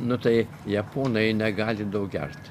nu tai japonai negali daug gert